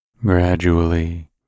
Gradually